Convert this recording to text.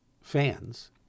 fans –